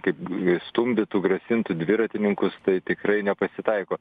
kaip i stumdytų grasintų dviratininkus tai tikrai nepasitaiko